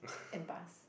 and bus